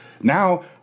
Now